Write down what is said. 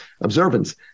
observance